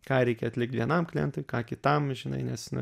ką reikia atlikt vienam klientui ką kitam žinai nes nu